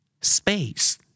Space